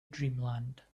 dreamland